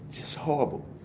just horrible.